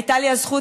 הייתה לי הזכות,